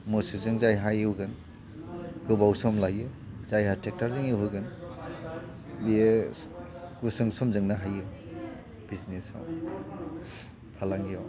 मोसौजों जायहा एवगोन गोबाव सम लायो जायहा ट्रेक्ट'रजों एवहोगोन बियो गुसुं समजोंनो हायो बिजनेसाव फालांगिआव